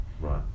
right